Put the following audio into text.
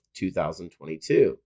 2022